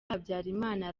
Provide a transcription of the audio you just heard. habyarimana